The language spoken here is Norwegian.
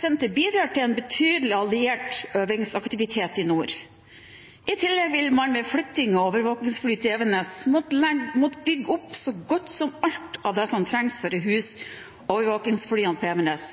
Center bidrar til en betydelig alliert øvingsaktivitet i nord. I tillegg vil man ved flytting av overvåkingsfly til Evenes måtte bygge opp så godt som alt av det som trengs for å huse overvåkingsflyene på Evenes.